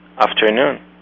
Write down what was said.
afternoon